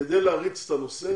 כדי להריץ את הנושא,